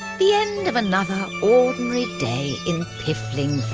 the end of another ordinary day in piffling